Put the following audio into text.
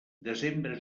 desembre